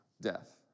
death